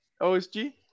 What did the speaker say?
OSG